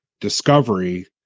discovery